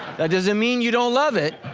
doesn't mean you don't love it.